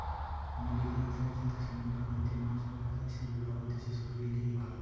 mariculture যাতে সমুদ্র হইতে মাছ পাওয়া যাই, সেগুলা হতিছে শরীরের লিগে ভালো